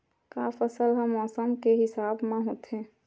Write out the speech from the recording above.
का फसल ह मौसम के हिसाब म होथे?